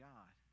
God